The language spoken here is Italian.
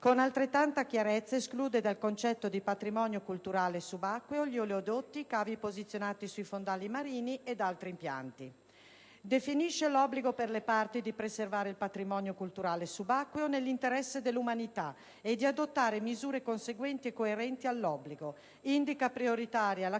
Con altrettanta chiarezza esclude dal concetto di patrimonio culturale subacqueo gli oleodotti, i cavi posizionati sui fondali marini ed altri impianti. La Convenzione definisce l'obbligo per le Parti di preservare il patrimonio culturale subacqueo nell'interesse dell'umanità e di adottare misure conseguenti e coerenti all'obbligo; indica prioritaria la